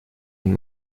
den